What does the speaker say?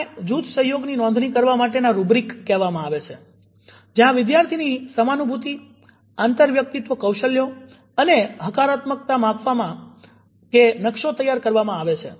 આને જૂથ સહયોગની નોંધણી કરવા માટેના રુબ્રિક કહેવામાં આવે છે જ્યાં વિદ્યાર્થીની સમાનુભુતિ આંતરવ્યક્તિત્વ કૌશલ્યો અને હકારાત્મકતા માપવામાંનકશો તૈયાર કરવામાં આવે છે